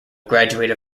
graduated